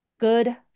good